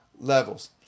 levels